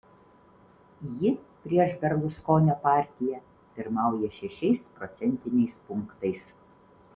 ji prieš berluskonio partiją pirmauja šešiais procentiniais punktais